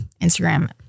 Instagram